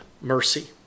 mercy